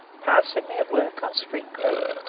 passing me at work on spring creek.